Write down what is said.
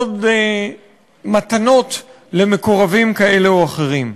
עוד מתנות למקורבים כאלה או אחרים.